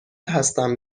هستم